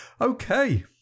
okay